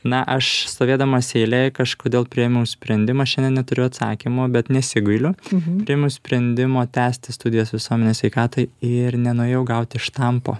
na aš stovėdamas eilėj kažkodėl priėmiau sprendimą šiandien neturiu atsakymo bet nesigailiu priėmiau sprendimą tęsti studijas visuomenės sveikatoj ir nenuėjau gauti štampo